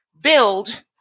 build